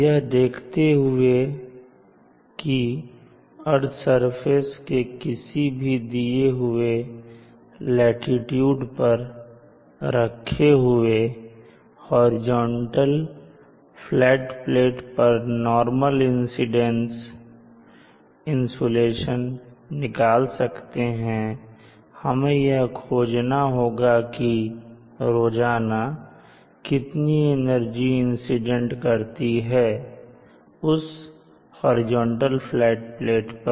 यह देखते हुए की अर्थ सरफेस के किसी भी दिए हुए लाटीट्यूड पर रखे हुए हॉरिजॉन्टल फ्लैट प्लेट पर नॉर्मल इंसीडेंट इंसुलेशन निकाल सकते हैं हमें यह खोजना होगा कि रोजाना कितनी एनर्जी इंसिडेंट करती है उस हॉरिजॉन्टल फ्लैट प्लेट पर